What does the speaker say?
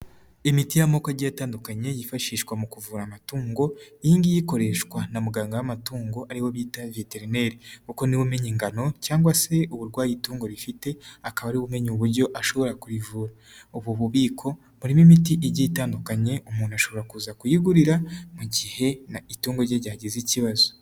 Imiti y'amoko agiye atandukanye yifashishwa mu kuvura amatungo, iyi ngiyi ikoreshwa na muganga w'amatungo aribo bita veterineri. Kuko nibawe umenya ingano cyangwa se uburwayi itungo rifite, akaba ari bumenya uburyo ashobora kuvura. Ubu bubiko burimo imiti igi itandukanye, umuntu ashobora kuza kuyigurira mu gihe na itongo rye ryagize ikibazo.